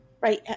Right